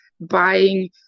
buying